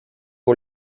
con